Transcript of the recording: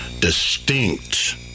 distinct